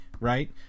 right